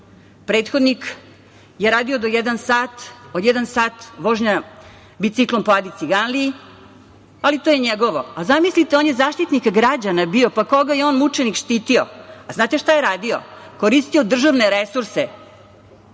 sat, od jedan sat vožnja biciklom po Adi Ciganliji, ali to je njegovo. Zamislite on je Zaštitnik građana bio, pa koga je on, mučenik, štitio? Znate šta je radio? Koristio državne resurse